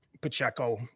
pacheco